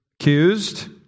accused